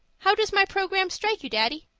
how does my programme strike you, daddy?